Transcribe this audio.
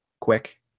quick